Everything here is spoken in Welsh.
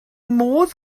modd